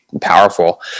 powerful